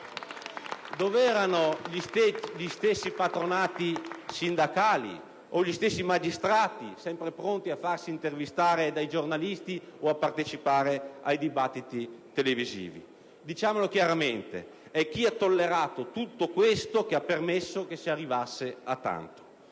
Dov'erano gli stessi patronati sindacali o gli stessi magistrati, sempre pronti a farsi intervistare dai giornalisti o a partecipare ai dibattiti televisivi? Diciamo chiaramente che chi ha tollerato tutto questo ha permesso che si arrivasse a tanto.